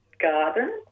garden